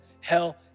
hell